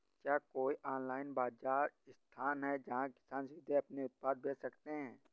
क्या कोई ऑनलाइन बाज़ार स्थान है जहाँ किसान सीधे अपने उत्पाद बेच सकते हैं?